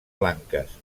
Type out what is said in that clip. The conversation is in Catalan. blanques